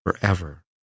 forever